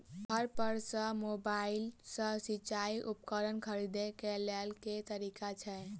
घर पर सऽ मोबाइल सऽ सिचाई उपकरण खरीदे केँ लेल केँ तरीका छैय?